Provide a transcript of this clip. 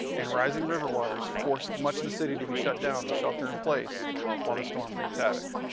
and rising river waters forced much of the city to be shut down to shelter in place while the storm wreaked havoc.